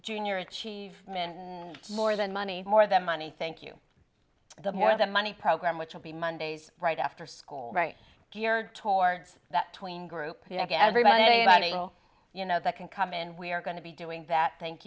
junior achievement and more than money more than money thank you the more the money program which will be mondays right after school right geared towards that tween group get everybody anybody you know that can come in we are going to be doing that thank